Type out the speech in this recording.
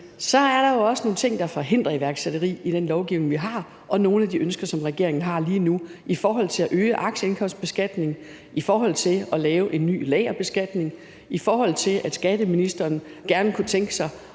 det er der jo også nogle ting, der forhindrer iværksætteri i den lovgivning, vi har. For med nogle af de ønsker, som regeringen har lige nu om at øge aktieindkomstbeskatningen og om at lave en ny lagerbeskatning, og i og med at skatteministeren godt kunne tænke sig